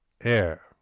air